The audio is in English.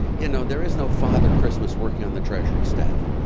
you know, there is no father christmas working on the treasury staff.